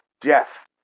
Jeff